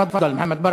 תפאדל, מוחמד ברכה.